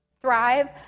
Thrive